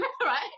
right